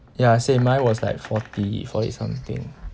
ya same mine was like forty forty something